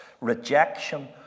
rejection